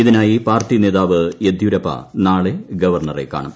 ഇതിനായി പാർട്ടി നേതാവ് യെദ്യൂരപ്പ നാളെ ഗവർണറെ കാണും